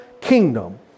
kingdom